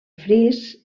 fris